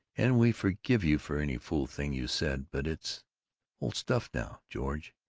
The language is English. and we forgave you for any fool thing you said, but that's old stuff now, george,